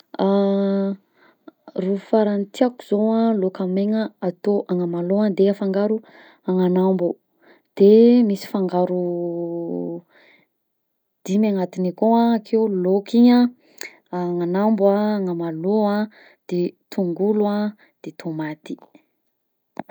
Ro faragn'ny tiàko zao a, laoka maigna atao agnamalao a afangaro agnanambo, de misy fangaro dimy agnatiny akao a, k'io laoko igny a, agnanambo a, agnamalao a de tongolo a de tomaty.